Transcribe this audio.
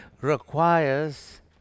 requires